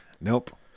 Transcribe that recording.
Nope